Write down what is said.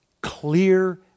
clear